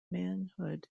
manhood